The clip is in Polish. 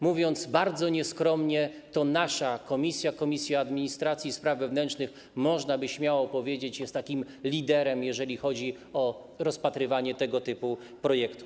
Mówiąc bardzo nieskromnie, to nasza komisja, Komisja Administracji i Spraw Wewnętrznych, można by śmiało powiedzieć, jest liderem, jeżeli chodzi o rozpatrywanie tego typu projektów.